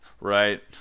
Right